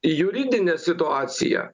juridine situacija